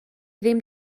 ddim